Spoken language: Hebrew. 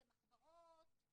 זה מחברות,